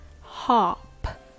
hop